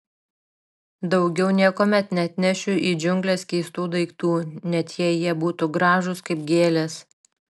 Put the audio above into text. daugiau niekuomet neatnešiu į džiungles keistų daiktų net jei jie būtų gražūs kaip gėlės